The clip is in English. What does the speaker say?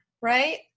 right